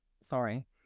Sorry